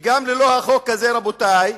שגם ללא החוק הזה, רבותי,